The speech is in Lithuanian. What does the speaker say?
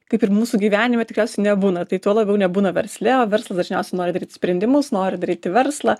kaip ir mūsų gyvenime tikriausiai nebūna tai tuo labiau nebūna versle o verslas dažniausiai nori daryt sprendimus nori daryti verslą